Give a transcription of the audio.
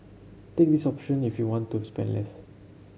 take this option if you want to spend less